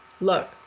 look